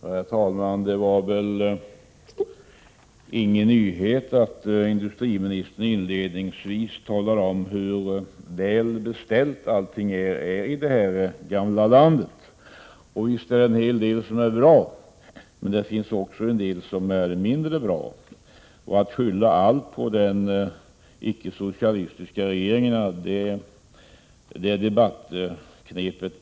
Herr talman! Det var ingen nyhet när industriministern inledningsvis talade om hur väl beställt allt är i detta gamla land. Visst finns det en hel del som är bra, men det finns också en del som är mindre bra. Debattknepet att skylla allt på de tidigare icke-socialistiska regeringarna går inte hem.